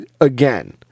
again